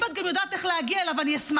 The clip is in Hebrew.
אם את גם יודעת איך להגיע אליו, אני אשמח.